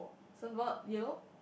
surf board yellow